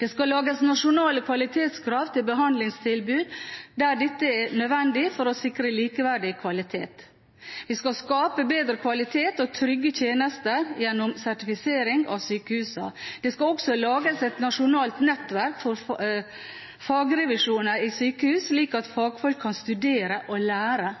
Det skal lages nasjonale kvalitetskrav til behandlingstilbud der dette er nødvendig for å sikre likeverdig kvalitet. Vi skal skape bedre kvalitet og tryggere tjenester gjennom sertifisering av sykehusene. Det skal også lages et nasjonalt nettverk for fagrevisjoner i sykehus, slik at fagfolk kan studere og lære